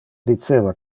diceva